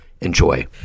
Enjoy